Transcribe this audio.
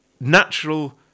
natural